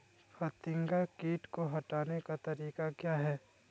फतिंगा किट को हटाने का तरीका क्या है?